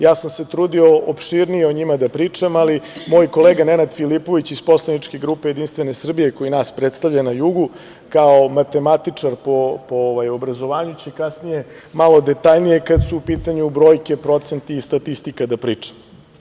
Ja sam se trudio opširnije o njima da pričam, ali moj kolega Nenada Filipović iz poslaničke grupe JS koji nas predstavlja na jugu, kao matematičar po obrazovanju će kasnije malo detaljnije kad su u pitanju brojke, procenti i statistika da priča.